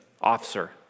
officer